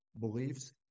beliefs